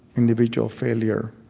individual failure.